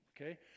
okay